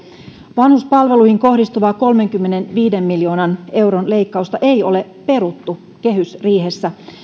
vanhuspalveluihin kohdistuvaa kolmenkymmenenviiden miljoonan euron leikkausta ei ole peruttu kehysriihessä